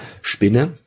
Spinne